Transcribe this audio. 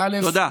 תודה.